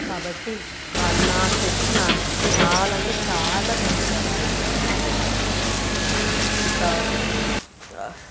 కాబట్టి వాళ్ళు నాకు తెలిసిన చాలా అంటే చాలా మెరుగుదల అయ్యిందన్నమాట ఇక్కడ ఇంకా